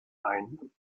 ein